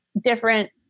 different